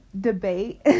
debate